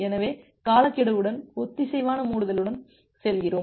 எனவே காலக்கெடுவுடன் ஒத்திசைவான மூடுதலுடன் செல்கிறோம்